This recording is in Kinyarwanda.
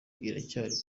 iracyari